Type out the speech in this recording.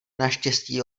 naštěstí